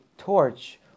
torch